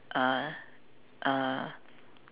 ah ah